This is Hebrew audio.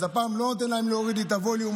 אז הפעם אני לא נותן להם להוריד לי את הווליום.